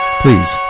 Please